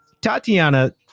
Tatiana